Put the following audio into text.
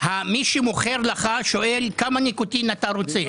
מי שמוכר לך, שואל: כמה ניקוטין את רוצה?